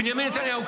בנימין נתניהו,